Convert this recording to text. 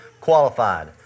qualified